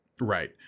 Right